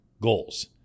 goals